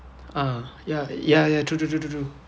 ah ya ya ya true true true true